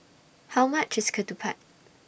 How much IS Ketupat